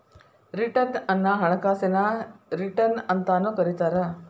return ಅನ್ನ ಹಣಕಾಸಿನ return ಅಂತಾನೂ ಕರಿತಾರ